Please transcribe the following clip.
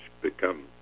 become